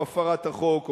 או הפרת החוק,